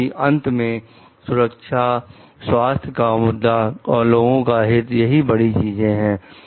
क्योंकि अंत में सुरक्षा स्वास्थ्य का मुद्दा और लोगों का हित यही बड़ी चीजें हैं